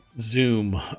zoom